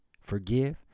forgive